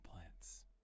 plants